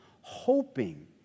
hoping